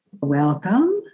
Welcome